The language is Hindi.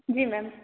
जी मैम